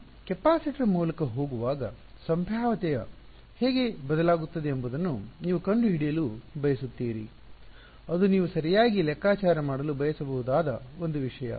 ನಾನು ಕೆಪಾಸಿಟರ್ ಮೂಲಕ ಹೋಗುವಾಗ ಸಂಭಾವ್ಯತೆಯು ಹೇಗೆ ಬದಲಾಗುತ್ತದೆ ಎಂಬುದನ್ನು ನೀವು ಕಂಡುಹಿಡಿಯಲು ಬಯಸುತ್ತೀರಿ ಅದು ನೀವು ಸರಿಯಾಗಿ ಲೆಕ್ಕಾಚಾರ ಮಾಡಲು ಬಯಸಬಹುದಾದ ಒಂದು ವಿಷಯ